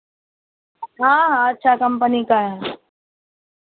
हाँ हाँ अच्छा कम्पनी का है